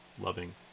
loving